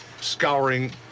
Scouring